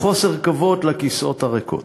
כבוד סגן השר, כל הכבוד לנוכחים.